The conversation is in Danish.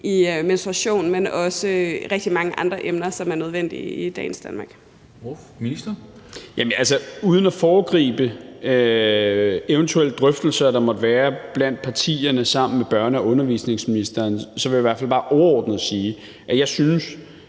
Ministeren for ligestilling (Peter Hummelgaard): Uden at foregribe eventuelle drøftelser, der måtte være blandt partierne med børne- og undervisningsministeren, vil jeg i hvert fald bare overordnet sige, at jeg synes,